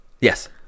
Yes